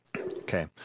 Okay